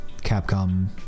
Capcom